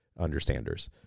Understanders